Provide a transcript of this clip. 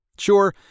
Sure